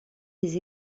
des